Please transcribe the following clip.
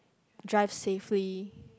drive safely